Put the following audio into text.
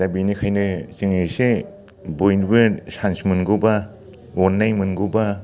दा बेनिखायनो जोङो एसे बयबो चान्स मोनगौबा अनन्नाय मोनगौबा